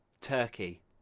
Turkey